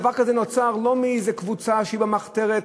דבר כזה נוצר לא מאיזו קבוצה שהיא במחתרת,